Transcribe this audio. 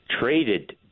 traded